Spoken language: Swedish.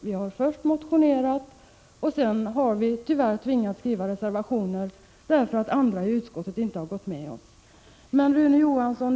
Vi har först motionerat, och sedan har vi tyvärr tvingats skriva reservationer därför att andra i utskottet inte har gått med på våra förslag.